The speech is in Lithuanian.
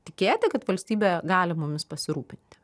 tikėti kad valstybė gali mumis pasirūpinti